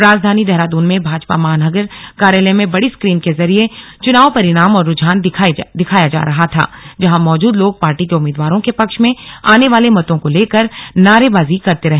राजधानी देहरादून में भाजपा महानगर कार्यालय में बड़ी स्क्रीन के जरिए चुनाव परिणाम और रुझान दिखाया जा रहा था जहां मौजूद लोग पार्टी के उम्मीदवारों के पक्ष में आने वाले मतों को लेकर नारेबाजी करते रहे